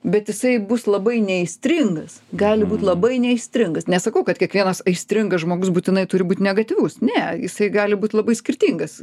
bet jisai bus labai neaistringas gali būt labai neaistringas nesakau kad kiekvienas aistringas žmogus būtinai turi būt negatyvus ne jisai gali būt labai skirtingas